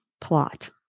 plot